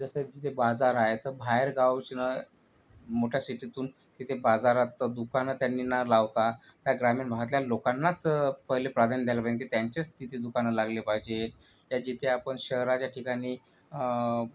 जसं जिथे बाजार आहे तर बाहेरगावचन मोठ्या सिटीतून तिथे बाजारात दुकानं त्यांनी न लावता त्या ग्रामीण भागातल्या लोकांनाच पहिले प्राधान द्यायला पाहिजे की त्यांचेच तिथे दुकानं लागले पाहिजे त्या जिथे आपण शहराच्या ठिकाणी